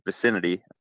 vicinity